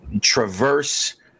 traverse